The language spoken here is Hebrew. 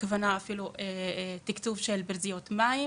הכוונה לתקצוב של ברזיות מים